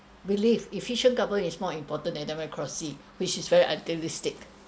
believe efficient government is more important than democracy which is very idealistic